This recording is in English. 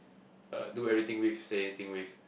uh do everything with say everything with